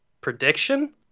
prediction